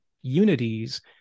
unities